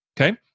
Okay